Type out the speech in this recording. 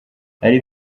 hari